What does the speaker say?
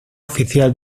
oficial